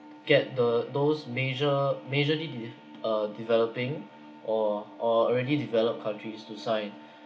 get the those major majorly de~ uh developing or or already developed countries to sign